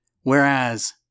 Whereas